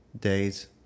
days